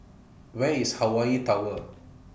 Where IS Hawaii Tower